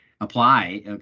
apply